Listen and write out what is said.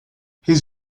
his